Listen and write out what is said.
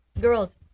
girls